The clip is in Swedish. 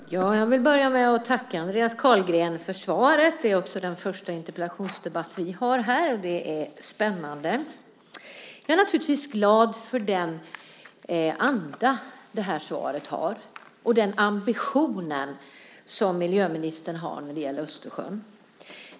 Fru talman! Jag vill börja med att tacka Andreas Carlgren för svaret. Det är också vår första interpellationsdebatt, och den är spännande. Jag är naturligtvis glad för andan i svaret och miljöministerns ambition för Östersjön.